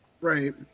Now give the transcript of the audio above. Right